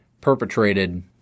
perpetrated